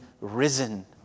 risen